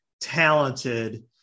talented